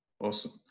Awesome